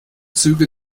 züge